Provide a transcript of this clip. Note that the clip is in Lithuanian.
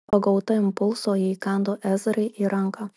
pagauta impulso ji įkando ezrai į ranką